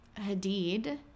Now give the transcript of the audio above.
Hadid